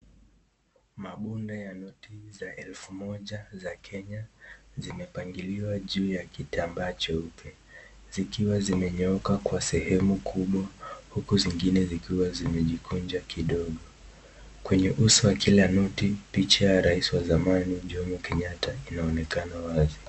Mapunde ya noti za elfu moja ya kenya Zimepangiliwa juu ya kitambaa jeupe , zikiwa ziimenyooka kwa sehemu kubwa huku zingine zikiwa zimejikunja kidogo. Kwenyo uso wa kila noti picha ya rais wa zamani Jomo Kenyatta inaonekana wazi.